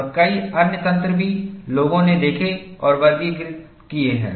और कई अन्य तंत्र भी लोगों ने देखे और वर्गीकृत किए हैं